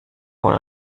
wohl